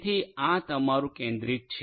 તેથી આ તમારું કેન્દ્રિત છે